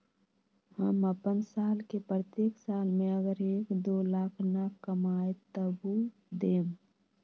हम अपन साल के प्रत्येक साल मे अगर एक, दो लाख न कमाये तवु देम?